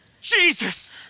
Jesus